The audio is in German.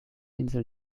insel